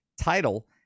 title